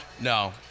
No